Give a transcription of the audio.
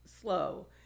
slow